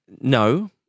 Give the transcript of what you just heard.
No